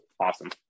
awesome